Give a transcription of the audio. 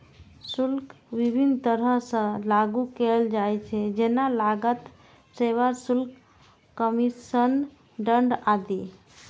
शुल्क विभिन्न तरह सं लागू कैल जाइ छै, जेना लागत, सेवा शुल्क, कमीशन, दंड आदि